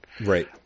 Right